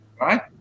right